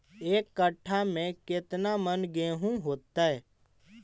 एक कट्ठा में केतना मन गेहूं होतै?